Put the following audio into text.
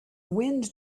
wind